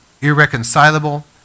Irreconcilable